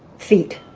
feat,